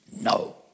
No